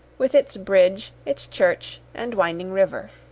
with its bridge, its church, and winding river.